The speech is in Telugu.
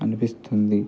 అనిపిస్తుంది